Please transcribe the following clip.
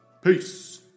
Peace